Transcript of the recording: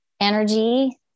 energy